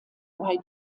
white